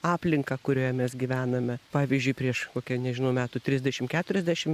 aplinka kurioje mes gyvename pavyzdžiui prieš kokią nežinau metų trisdešim keturiasdešim